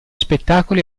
spettacoli